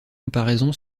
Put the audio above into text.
comparaison